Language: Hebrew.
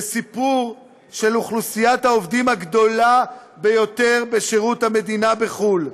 זה סיפור של אוכלוסיית העובדים הגדולה ביותר בשירות המדינה בחו"ל,